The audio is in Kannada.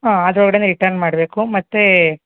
ಹಾಂ ಅದ್ರ ಒಳಗಡೆನೆ ರಿಟರ್ನ್ ಮಾಡಬೇಕು ಮತ್ತು